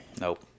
Nope